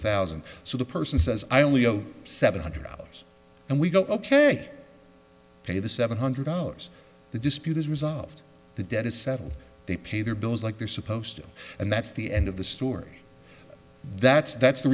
thousand so the person says i only zero seven hundred dollars and we go ok pay the seven hundred dollars the dispute is resolved the debt is settled they pay their bills like they're supposed to and that's the end of the story that's that's the